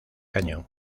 cañón